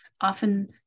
often